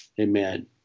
Amen